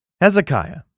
Hezekiah